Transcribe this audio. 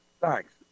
Thanks